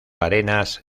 arenas